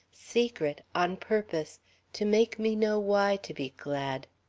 secret, on purpose to make me know why to be glad.